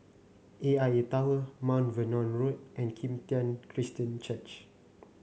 A I A Tower Mount Vernon Road and Kim Tian Christian Church